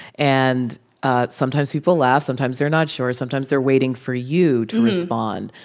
and ah sometimes people laugh. sometimes they're not sure. sometimes they're waiting for you to respond.